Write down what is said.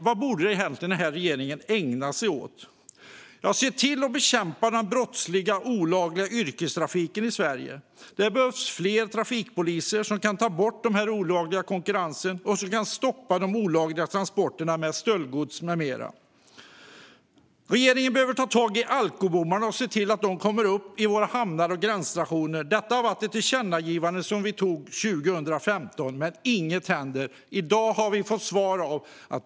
Vad borde egentligen regeringen ägna sig åt? Jo, man borde se till att bekämpa den olagliga yrkestrafiken i Sverige. Det behövs fler trafikpoliser som kan ta bort den olagliga konkurrensen och som kan stoppa de olagliga transporterna med stöldgods med mera. Regeringen behöver ta tag i alkobommarna och se till att de kommer upp i våra hamnar och gränsstationer. Vi gjorde ett tillkännagivande om detta 2015, men inget händer. I dag har vi fått svar.